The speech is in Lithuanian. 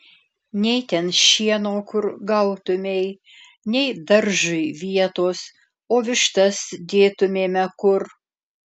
nei ten šieno kur gautumei nei daržui vietos o vištas dėtumėme kur